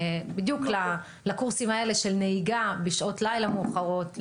בדיוק לקורסים האלה של נהיגה בשעות לילה מאוחרות,